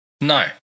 No